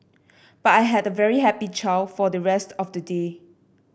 but I had a very happy child for the rest of the day